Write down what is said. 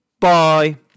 bye